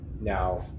now